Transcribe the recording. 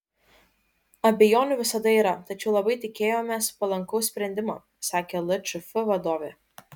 abejonių visada yra tačiau labai tikėjomės palankaus sprendimo sakė lčf vadovė